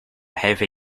heavy